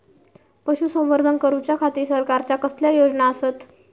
पशुसंवर्धन करूच्या खाती सरकारच्या कसल्या योजना आसत?